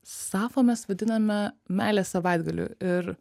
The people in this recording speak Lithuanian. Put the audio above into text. safo mes vadiname meilės savaitgaliu ir